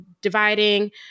dividing